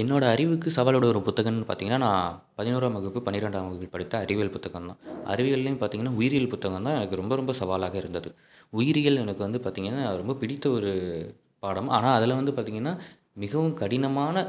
என்னோடய அறிவுக்கு சவால் விடுகிற புத்தகம்னு பார்த்தீங்கன்னா நான் பதினோராம் வகுப்பு பன்னிரண்டாம் வகுப்பில் படித்த அறிவியல் புத்தகந்தான் அறிவியலையும் பார்த்தீங்கன்னா உயிரியல் புத்தகந்தான் எனக்கு ரொம்ப ரொம்ப சவாலாக இருந்தது உயிரியல் எனக்கு வந்து பார்த்தீங்கன்னா ரொம்ப பிடித்த ஒரு பாடம் ஆனால் அதில் வந்து பார்த்தீங்கன்னா மிகவும் கடினமான